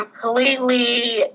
completely